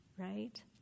right